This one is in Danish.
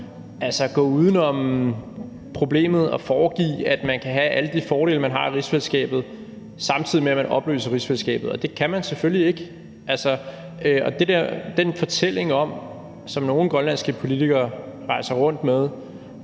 at gå uden om problemet at foregive, at man kan have alle de fordele, man har i rigsfællesskabet, samtidig med at man opløser rigsfællesskabet, og det kan man selvfølgelig ikke. Og den fortælling, som nogle grønlandske politikere rejser rundt med,